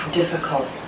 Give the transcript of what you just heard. difficult